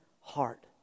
heart